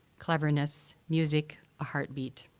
cleverness, music, a heart beat.